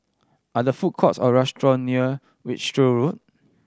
are there food courts or restaurants near Wiltshire Road